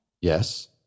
Yes